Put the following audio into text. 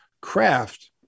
craft